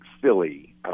Philly